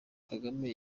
kagame